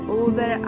over